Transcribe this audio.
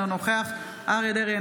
אינו נוכח אריה מכלוף דרעי,